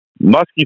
musky